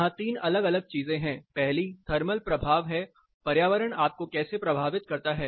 यहां 3 अलग अलग चीजें हैं पहली थर्मल प्रभाव है पर्यावरण आपको कैसे प्रभावित करता है